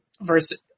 versus